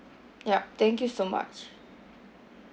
yup thank you so much